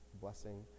blessing